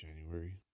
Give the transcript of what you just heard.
January